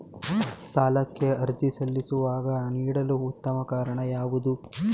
ಸಾಲಕ್ಕೆ ಅರ್ಜಿ ಸಲ್ಲಿಸುವಾಗ ನೀಡಲು ಉತ್ತಮ ಕಾರಣ ಯಾವುದು?